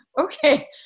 okay